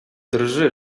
drży